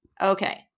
Okay